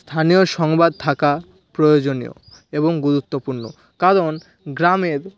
স্থানীয় সংবাদ থাকা প্রয়োজনীয় এবং গুরুত্বপূর্ণ কারণ গ্রামের